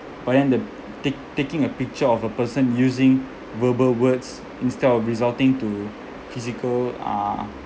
but then the take taking a picture of a person using verbal words instead of resorting to physical uh